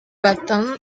button